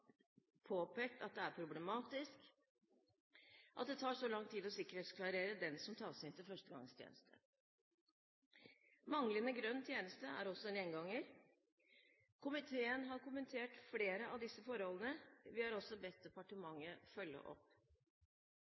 påpekt at det er problematisk at det tar så lang tid å sikkerhetsklarere den som tas inn til førstegangstjeneste. Manglende grønn tjeneste er også en gjenganger. Komiteen har kommentert flere av disse forholdene, og vi har også bedt departementet følge opp.